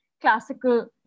classical